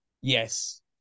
Yes